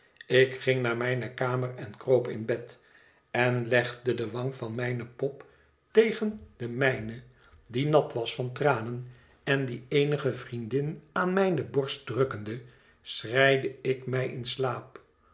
ik ging naar mijne kamer en kroop in bed en legde de wang van mijne pop tegen de mijne die nat was van tranen en die eenige vriendin aan mijne borst drukkende schreide ik mij in slaap